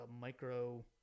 micro